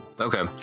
Okay